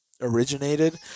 originated